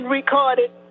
recorded